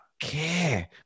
Care